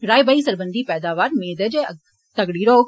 राई बाई सरबंधी पैदावार मेद ऐ जे तगड़ी रौह्ग